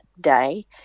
day